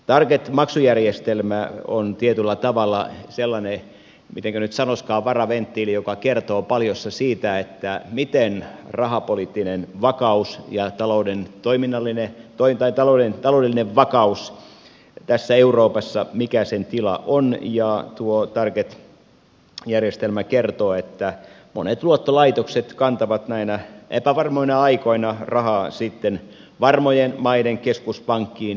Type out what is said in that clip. target maksujärjestelmä on tietyllä tavalla sellainen mitenkä nyt sanoisikaan varaventtiili joka kertoo paljossa siitä mikä rahapoliittisen ja talouden toiminnallinen toi tai talouden taloudellinen taloudellisen vakauden tila euroopassa on ja tuo target järjestelmä kertoo että monet luottolaitokset kantavat näinä epävarmoina aikoina rahaa varmojen maiden keskuspankkiin